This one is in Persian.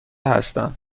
هستم